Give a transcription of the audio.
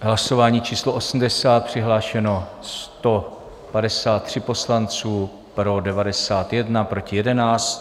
Hlasování číslo 80, přihlášeno 153 poslanců, pro 91, proti 11.